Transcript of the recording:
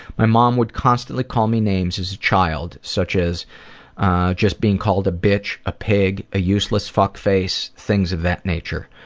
my mom would constantly call me names as a child. such as just being called a bitch, a pig, a useless fuckface, things of that nature.